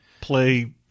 play